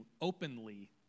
openly